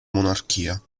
monarchia